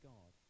God